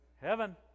Heaven